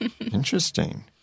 interesting